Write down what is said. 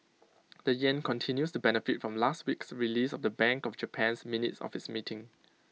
the Yen continues to benefit from last week's release of the bank of Japan's minutes of its meeting